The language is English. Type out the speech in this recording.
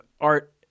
art